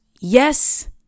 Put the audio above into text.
Yes